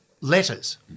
letters